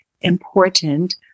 important